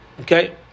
Okay